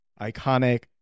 iconic